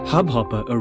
Hubhopper